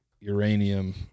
uranium